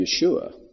Yeshua